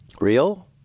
Real